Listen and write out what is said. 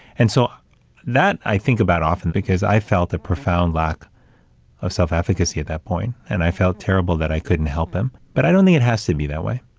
and so that i think about often because i felt that profound lack of self-advocacy at that point, and i felt terrible that i couldn't help him. but i don't think it has to be that way.